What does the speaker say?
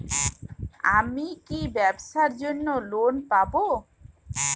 আমি কি ব্যবসার জন্য লোন পাব?